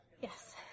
Yes